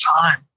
time